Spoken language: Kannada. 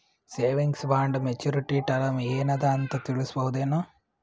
ಸೇವಿಂಗ್ಸ್ ಬಾಂಡ ಮೆಚ್ಯೂರಿಟಿ ಟರಮ ಏನ ಅದ ಅಂತ ತಿಳಸಬಹುದೇನು?